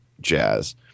jazz